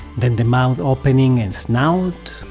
then the mouth opening and snout,